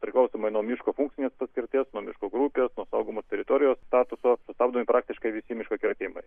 priklausomai nuo miško ūkinės paskirties miškų grupės saugomos teritorijos statuso sustabdomi praktiškai visi miško kirtimai